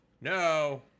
no